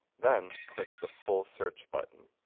then, click the full search button.